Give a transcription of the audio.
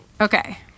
okay